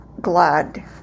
glad